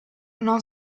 non